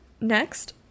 Next